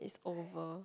over